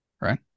Right